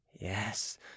Yes